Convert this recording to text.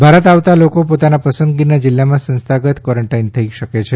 ભારત આવતા લોકો પોતાના પસંદગીના જિલ્લામાં સંસ્થાગત કવોરન્ટાઇન થઇ શકે છે